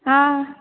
ஆ